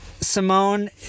Simone